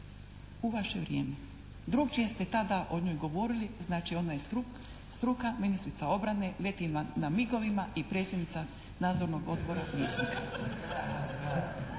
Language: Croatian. u vaše vrijeme. Drukčije ste tada o njoj govorili. Znači ono je struka, ministrica obrane leti na migovima i predsjednica Nadzornog odbora Vjesnika.